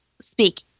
speak